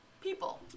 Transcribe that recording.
people